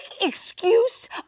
excuse